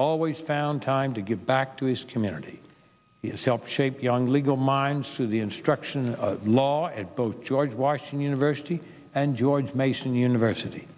always found time to give back to his community help shape young legal minds to the instruction of law at both george washington university and george mason university